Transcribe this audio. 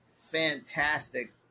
fantastic